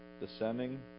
descending